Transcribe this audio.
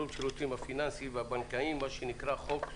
השירותים הפיננסיים והבנקאיים מה שנקרא חוק שטרום,